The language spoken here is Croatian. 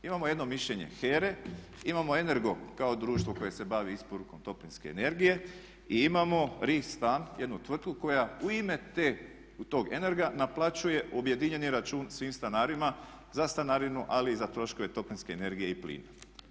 Imamo jedno mišljenje HERA-e, imamo Energo kao društvo koje se bavi isporukom toplinske energije i imamo Ri Stan koja u ime tog Energa naplaćuje objedinjen račun svim stanarima za stanarinu ali i za troškove toplinske energije i plina.